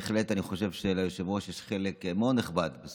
ובהחלט אני חושב שליושב-ראש יש חלק מאוד נכבד בתוצאות,